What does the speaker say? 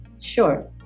Sure